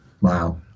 Wow